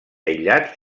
aïllat